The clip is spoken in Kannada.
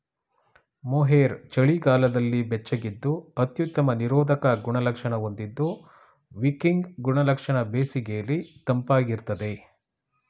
ಮೋಹೇರ್ ಚಳಿಗಾಲದಲ್ಲಿ ಬೆಚ್ಚಗಿದ್ದು ಅತ್ಯುತ್ತಮ ನಿರೋಧಕ ಗುಣಲಕ್ಷಣ ಹೊಂದಿದ್ದು ವಿಕಿಂಗ್ ಗುಣಲಕ್ಷಣ ಬೇಸಿಗೆಲಿ ತಂಪಾಗಿರ್ತದೆ